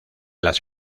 las